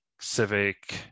Civic